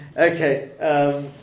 Okay